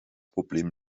problem